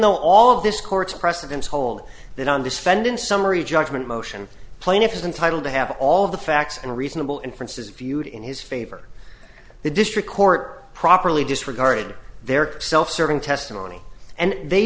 though all of this court's precedents hold that on the spend in summary judgment motion plaintiff is entitled to have all the facts and reasonable inferences viewed in his favor the district court properly disregarded their self serving testimony and they